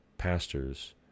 pastors